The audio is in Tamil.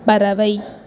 பறவை